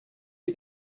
est